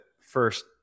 first